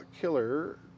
killer